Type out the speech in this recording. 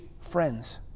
friends